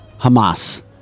hamas